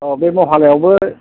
औ बे महालयआवबो